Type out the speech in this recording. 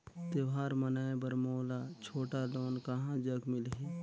त्योहार मनाए बर मोला छोटा लोन कहां जग मिलही?